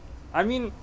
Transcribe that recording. I mean